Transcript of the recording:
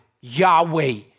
Yahweh